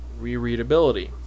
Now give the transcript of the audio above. rereadability